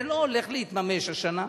זה לא הולך להתממש השנה,